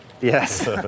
Yes